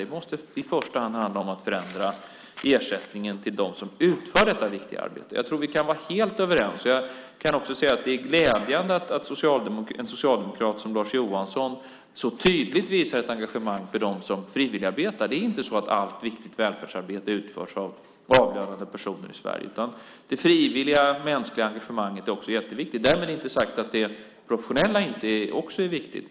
Det måste i första hand handla om att förändra ersättningen till dem som utför detta viktiga arbete. Jag tror att vi kan vara helt överens, och jag kan också säga att det är glädjande att en socialdemokrat som Lars Johansson så tydligt visar ett engagemang för dem som frivilligarbetar. Det är inte så att allt viktigt välfärdsarbete utförs av avlönade personer i Sverige. Det frivilliga, mänskliga engagemanget är också jätteviktigt. Därmed inte sagt att det professionella inte också är viktigt.